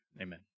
amen